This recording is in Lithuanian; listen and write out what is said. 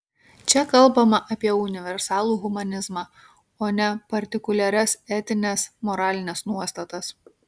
čia kalbama apie universalų humanizmą o ne partikuliaras etines moralines nuostatas